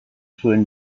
zuen